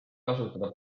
kasutada